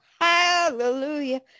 Hallelujah